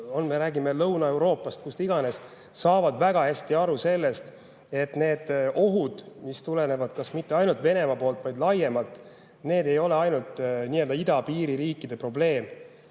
kogu NATO-s, Lõuna‑Euroopast või kust iganes, saavad väga hästi aru sellest, et need ohud, mis tulenevad kas mitte ainult Venemaa poolt, vaid laiemalt, ei ole ainult idapiiririikide probleem.